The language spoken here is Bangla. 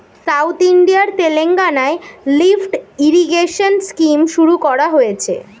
সাউথ ইন্ডিয়ার তেলেঙ্গানায় লিফ্ট ইরিগেশন স্কিম শুরু করা হয়েছে